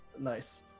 Nice